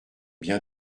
bien